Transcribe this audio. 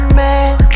man